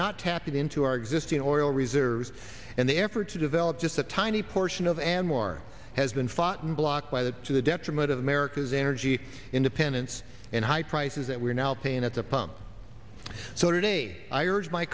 not tapping into our existing oil reserves and the effort to develop just a tiny portion of anwar has been fought and blocked by that to the detriment of america's energy independence and high prices that we're now paying at the pump so today i